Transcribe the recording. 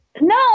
No